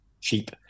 cheap